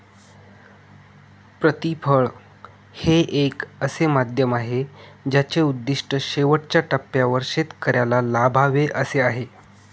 प्रतिफळ हे एक असे माध्यम आहे ज्याचे उद्दिष्ट शेवटच्या टप्प्यावर शेतकऱ्याला लाभावे असे आहे